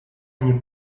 nie